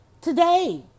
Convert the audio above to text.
today